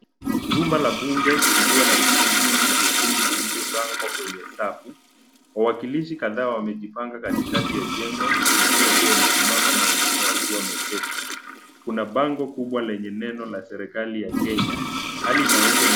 Jumba la bunge likiwa na viti vingi vyekundu vilivyopangwa kwenye safu. Wakilishi kadhaa wamejipanga katikati ya jengo wengine wakiwa wamesimama na wengine wakiwa wameketi. Kuna bango kubwa lenye nembo la serikali ya Kenya.